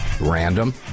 random